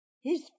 His